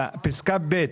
פסקה (ב),